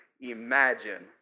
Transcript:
imagine